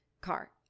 car